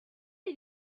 did